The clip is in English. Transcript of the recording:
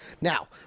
Now